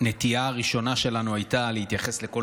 הנטייה הראשונה שלנו הייתה להתייחס לכל